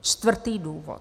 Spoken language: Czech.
Čtvrtý důvod.